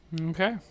okay